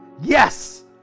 Yes